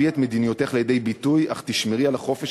תביאי את מדיניותך לידי ביטוי אך תשמרי על חופש